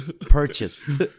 purchased